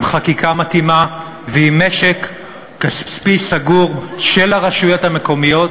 עם חקיקה מתאימה ועם משק כספי סגור של הרשויות המקומיות,